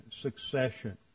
succession